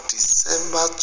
December